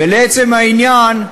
ולעצם העניין,